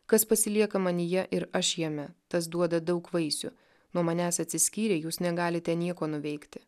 kas pasilieka manyje ir aš jame tas duoda daug vaisių nuo manęs atsiskyrę jūs negalite nieko nuveikti